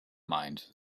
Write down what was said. mind